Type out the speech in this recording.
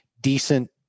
decent